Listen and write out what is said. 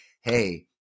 hey